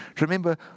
Remember